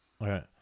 Right